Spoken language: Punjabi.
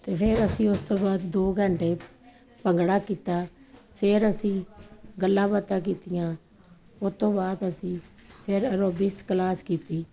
ਅਤੇ ਫਿਰ ਅਸੀਂ ਉਸ ਤੋਂ ਬਾਅਦ ਦੋ ਘੰਟੇ ਭੰਗੜਾ ਕੀਤਾ ਫਿਰ ਅਸੀਂ ਗੱਲਾਂ ਬਾਤਾਂ ਕੀਤੀਆਂ ਉਸ ਤੋਂ ਬਾਅਦ ਅਸੀਂ ਫਿਰ ਐਰੋਬਿਕਸ ਕਲਾਸ ਕੀਤੀ